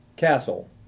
Castle